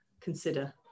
consider